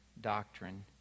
doctrine